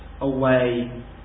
away